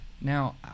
Now